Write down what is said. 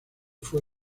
fue